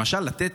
למשל לתת